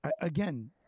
again